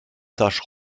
tache